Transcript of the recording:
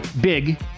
big